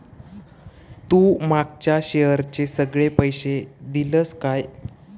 तू मागच्या शेअरचे सगळे पैशे दिलंस काय?